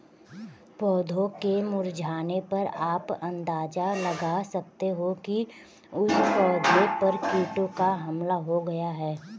पौधों के मुरझाने पर आप अंदाजा लगा सकते हो कि उस पौधे पर कीटों का हमला हो गया है